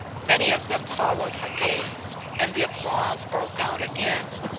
many of them followed her gaze, and the applause broke out again.